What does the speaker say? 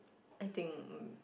I think